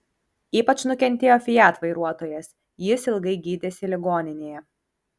ypač nukentėjo fiat vairuotojas jis ilgai gydėsi ligoninėje